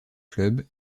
club